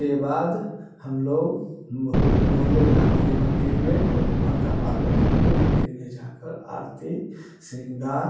के बाद हम लोग भो भोलेनाथ के मंदिर में फिर माता पारवती के मंदिर में जाकर आरती शृंगार